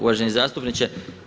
Uvaženi zastupniče.